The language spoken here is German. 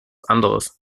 anderes